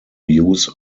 use